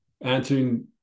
answering